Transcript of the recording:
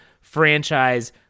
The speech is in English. franchise